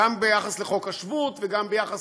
גם ביחס לחוק השבות וגם ביחס